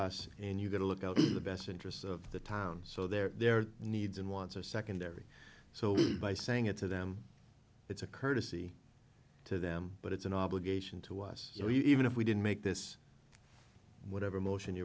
us and you get a look at the best interests of the town so their needs and wants are secondary so by saying it to them it's a courtesy to them but it's an obligation to us you know even if we didn't make this whatever motion you